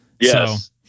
Yes